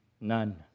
None